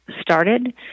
started